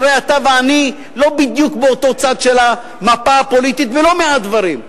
הרי אתה ואני לא בדיוק באותו צד של המפה הפוליטית בלא מעט דברים,